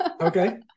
okay